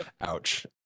Ouch